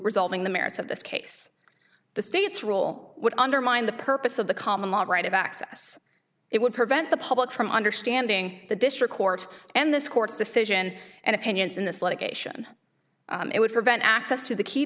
resolving the merits of this case the state's rule would undermine the purpose of the common law right of access it would prevent the public from understanding the district court and this court's decision and opinions in this litigation it would prevent access to the key